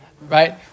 Right